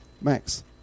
max